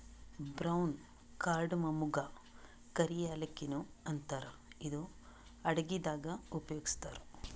brown ಕಾರ್ಡಮಮಗಾ ಕರಿ ಯಾಲಕ್ಕಿ ನು ಅಂತಾರ್ ಇದು ಅಡಗಿದಾಗ್ ಉಪಯೋಗಸ್ತಾರ್